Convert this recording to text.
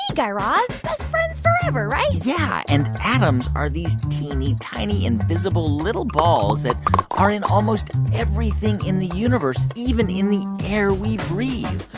guy raz. best friends forever, right? yeah. and atoms are these teeny, tiny, invisible little balls that are in almost everything in the universe, even in the air we breathe